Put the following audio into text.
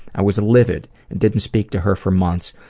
i was livid and didn't speak to her for months,